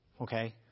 Okay